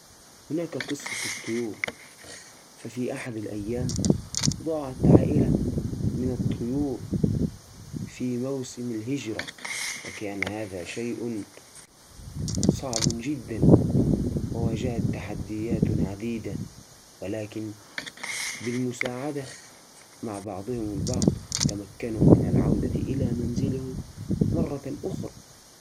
في أحد الأيام، ضاعت عائلة من الطيور في أثناء موسم الهجرة. بعدما تاهوا عن بقيه القطيع، بدأوا يشعرون بالخوف والقلق. لكن الأم كانت تحاول تهدءه صغارها. قدرت أن تبحث عن علامات تدلهم على الاتجاه الصحيح، فتوجهوا نحو الجبال القريبة. وخلال رحلتهم، التقوا ببعض الحيوانات اللي قدمت لهم المساعدة والنصائح.